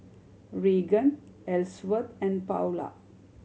Reagan Elsworth and Paola